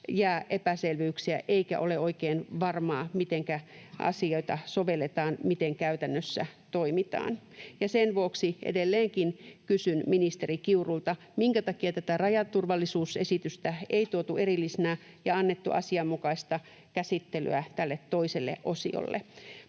jää epäselvyyksiä, eikä ole oikein varmaa, mitenkä asioita sovelletaan, miten käytännössä toimitaan. Sen vuoksi edelleenkin kysyn ministeri Kiurulta: minkä takia tätä rajaturvallisuusesitystä ei tuotu erillisenä ja annettu asianmukaista käsittelyä tälle toiselle osiolle?